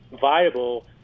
viable